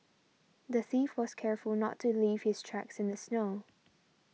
the thief was careful not to leave his tracks in the snow